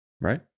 right